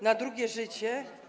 Na drugie życie?